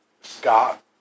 Scott